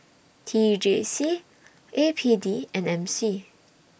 T J C A P D and M C